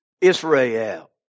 Israel